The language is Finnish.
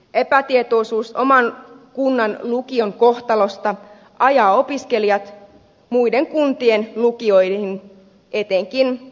epätietoisuus oman kunnan lukion kohtalosta ajaa opiskelijat muiden kuntien lukioihin etenkin kasvukeskuksiin